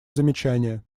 замечание